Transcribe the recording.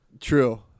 True